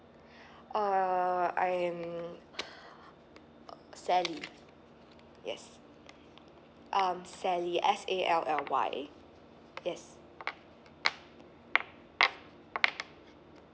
uh I am sally yes um sally S A L L Y yes